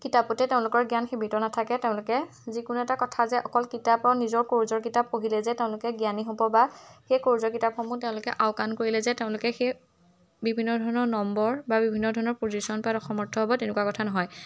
কিতাপতে তেওঁলোকৰ জ্ঞান সিমিত নাথাকে তেওঁলোকে যিকোনো এটা কথা যে অকল কিতাপৰ নিজৰ কৌৰ্চৰ কিতাপ পঢ়িলেই যে তেওঁলোকে জ্ঞানী হ'ব বা সেই কৌৰ্চৰ কিতাপসমূহ তেওঁলোকে আওকাণ কৰিলে যে তেওঁলোকে সেই বিভিন্ন ধৰণৰ নম্বৰ বা বিভিন্ন ধৰণৰ পজিশ্যন পোৱাত অসমৰ্থ হ'ব তেনেকুৱা কথা নহয়